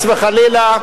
חס וחלילה,